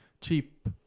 Cheap